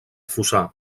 fossar